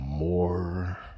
more